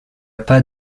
pas